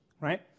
right